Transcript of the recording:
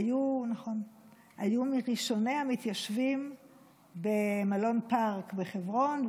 היו מראשוני המתיישבים במלון פארק בחברון,